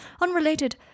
Unrelated